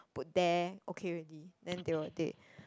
put there okay already then they will take